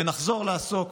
ונחזור לעסוק